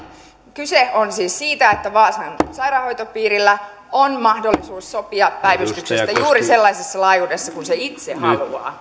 kyse on siis siitä että vaasan sairaanhoitopiirillä on mahdollisuus sopia päivystyksestä juuri sellaisessa laajuudessa kuin se itse haluaa